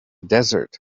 desert